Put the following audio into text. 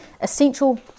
essential